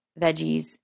veggies